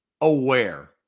aware